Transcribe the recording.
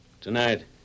Tonight